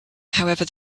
however